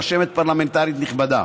רשמת פרלמנטרית נכבדה,